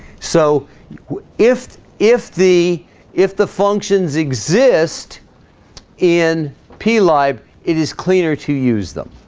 so if if the if the functions exist in p libe it is cleaner to use them